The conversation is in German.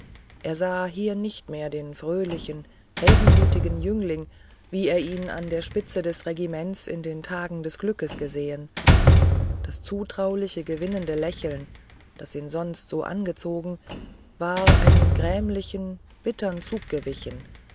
er sah hier nicht mehr den fröhlichen heldenmütigen jüngling wie er ihn an der spitze des regimentes in den tagen des glückes gesehen das zutrauliche gewinnende lächeln das ihn sonst so angezogen war einem grämlichen bittern zuge gewichen